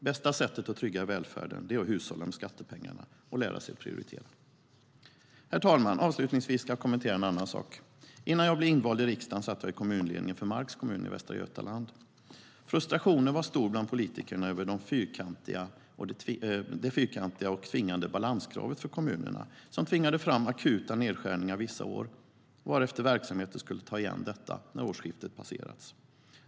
Bästa sättet att trygga välfärden är att hushålla med skattepengarna och lära sig prioritera. Herr talman! Avslutningsvis ska jag kommentera ytterligare en sak. Innan jag blev invald i riksdagen satt jag i kommunledningen för Marks kommun i Västra Götaland. Frustrationen var stor bland politikerna över det fyrkantiga och tvingande balanskravet för kommunerna, som tvingade fram akuta nedskärningar vissa år, varefter verksamheter skulle ta igen detta när årsskiftet passerats.